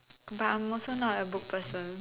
but I'm also not a book person